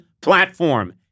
platform